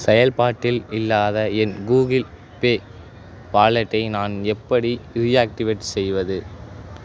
செயல்பாட்டில் இல்லாத என் கூகிள் பே வாலெட்டை நான் எப்படி ரீஆக்டிவேட் செய்வது